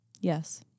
yes